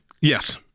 yes